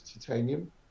titanium